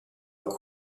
alla